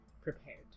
prepared